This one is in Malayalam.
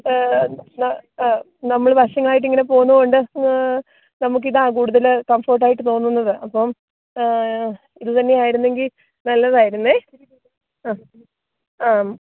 നമ്മൾ വർഷങ്ങളായിട്ടിങ്ങനെ പോകുന്നുണ്ട് നമുക്ക് ഇത് കൂടുതൽ കംഫോർട്ടായിട്ട് തോന്നുന്നത് അപ്പോൾ ഇതുതന്നെ ആയിരുന്നെങ്കിൽ നല്ലതായിരുന്നു ആ ആം